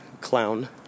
Clown